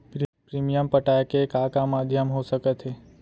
Premium पटाय के का का माधयम हो सकत हे?